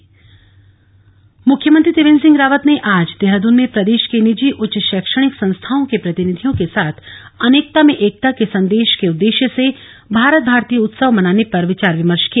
भारत भारती उत्सव मुख्यमंत्री त्रिवेन्द्र सिंह रावत ने आज देहरादन में प्रदेश के निजी उच्च शैक्षणिक संस्थाओं के प्रतिनिधियों के साथ अनेकता में एकता के संदेश के उद्देश्य से मारत भारती उत्सव मनाने पर विचार विमर्श किया